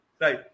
right